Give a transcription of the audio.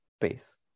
space